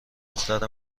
دختر